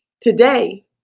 Today